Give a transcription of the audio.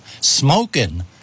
Smoking